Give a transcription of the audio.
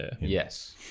Yes